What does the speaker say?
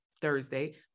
Thursday